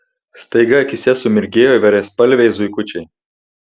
staiga akyse sumirgėjo įvairiaspalviai zuikučiai